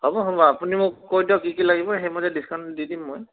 হ'ব হ'ব আপুনি মোক কৈ দিয়ক কি কি লাগিব সেইমতে ডিছকাউণ্ট দি দিম মই